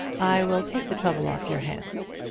i will take the trouble off your hands.